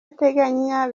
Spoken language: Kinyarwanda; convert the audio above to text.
ateganya